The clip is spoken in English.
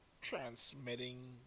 transmitting